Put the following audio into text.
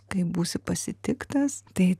kaip būsi pasitiktas tai